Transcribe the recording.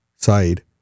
side